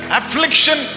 affliction